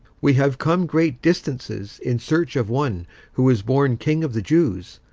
we have come great distances in search of one who is born king of the jews.